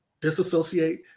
disassociate